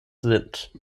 sind